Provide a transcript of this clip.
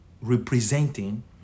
representing